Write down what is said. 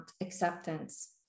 acceptance